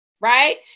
right